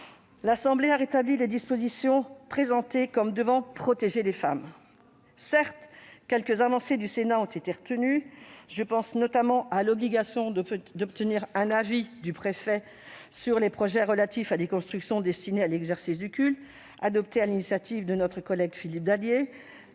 nationale a rétabli des dispositions présentées comme devant protéger les femmes. Certes, quelques avancées du Sénat ont été retenues ; je pense notamment à l'obligation d'obtenir un avis du préfet sur les projets relatifs à des constructions destinées à l'exercice du culte, adoptée sur l'initiative de notre collègue Philippe Dallier,